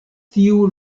tiu